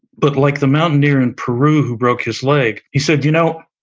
but like the mountaineer in peru who broke his leg, he said, you know